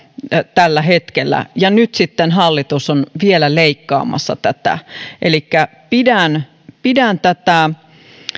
tällä hetkellä ja nyt sitten hallitus on vielä leikkaamassa tätä elikkä pidän pidän tätä